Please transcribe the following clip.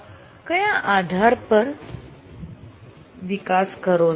આપ કયા આધાર પાર વિકાસ કરો છો